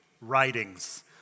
writings